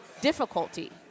difficulty